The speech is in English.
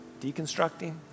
deconstructing